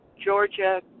Georgia